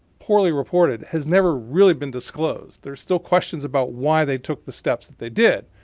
poorly reported has never really been disclosed. there's still questions about why they took the steps that they did.